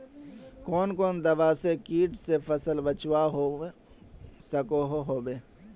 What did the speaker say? कुन कुन दवा से किट से फसल बचवा सकोहो होबे?